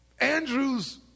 Andrew's